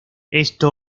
esto